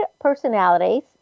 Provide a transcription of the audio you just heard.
personalities